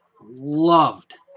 loved